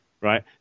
right